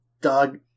dog